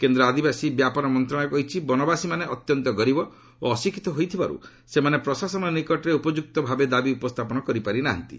କେନ୍ଦ୍ର ଆଦିବାସୀ ବ୍ୟାପାର ମନ୍ତ୍ରଣାଳୟ କହିଛି ବନବାସୀମାନେ ଅତ୍ୟନ୍ତ ଗରିବ ଓ ଅଶିକ୍ଷିତ ହୋଇଥିବାରୁ ସେମାନେ ପ୍ରଶାସନ ନିକଟରେ ଉପଯୁକ୍ତ ଭାବେ ଦାବି ଉପସ୍ଥାପନ କରିପାରି ନାହାନ୍ତି